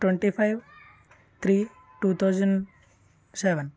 twenty five three two thousand seven